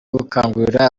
gukangurira